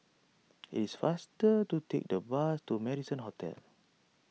is faster to take the bus to Marrison Hotel